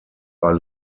are